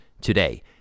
Today